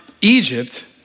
Egypt